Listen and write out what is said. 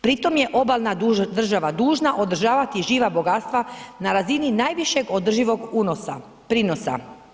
Pri tom je obalna država dužna održavati živa bogatstva na razini najvišeg održivog unosa, prinosa.